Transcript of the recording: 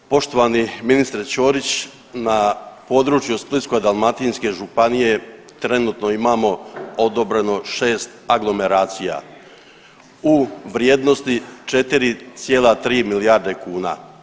Poštovani ministre Ćorić na području Splitsko-dalmatinske županije trenutno imamo odobreno 6 aglomeracija u vrijednosti 4,3 milijarde kuna.